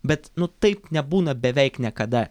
bet nu taip nebūna beveik niekada